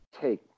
take